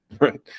right